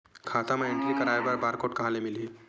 खाता म एंट्री कराय बर बार कोड कहां ले मिलही?